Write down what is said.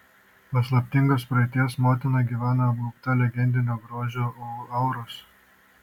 paslaptingos praeities motina gyvena apgaubta legendinio grožio auros